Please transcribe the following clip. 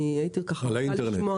על האינטרנט.